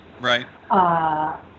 Right